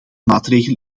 maatregel